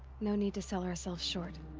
no need to sell ourselves short.